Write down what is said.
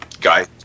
guy